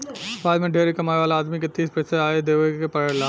भारत में ढेरे कमाए वाला आदमी के तीस प्रतिशत आयकर देवे के पड़ेला